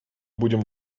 будем